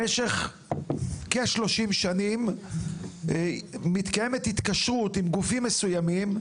שבה במשך כ-30 שנים מתקיימת התקשרות עם גופים מסוימים,